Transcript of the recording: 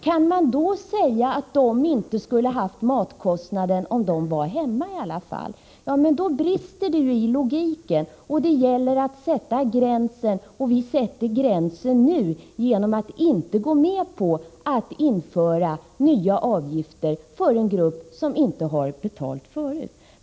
Kan man då säga att de inte skulle ha haft matkostnaden, om de i alla fall var hemma? Men då brister det ju i logiken. Det gäller att sätta en gräns, och vi sätter en gräns genom att inte gå med på att införa nya avgifter för en grupp som inte har betalat förut.